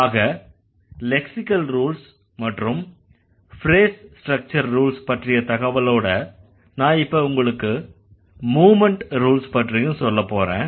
ஆக lexical rules மற்றும் phrase structure rules பற்றிய தகவலோட நான் இப்ப உங்களுக்கு மூவ்மெண்ட் ரூல்ஸ் பற்றியும் சொல்லப்போறேன்